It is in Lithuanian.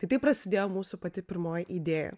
tai taip prasidėjo mūsų pati pirmoji idėja